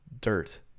dirt